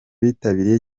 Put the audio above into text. bitabiriye